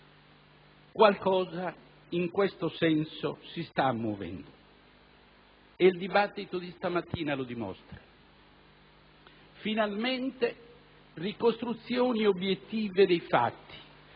Qualcosa, in questo senso, si sta muovendo e il dibattito di questa mattina lo dimostra. Finalmente ricostruzioni obiettive dei fatti